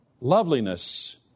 loveliness